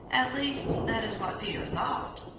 at least, that is what peter thought.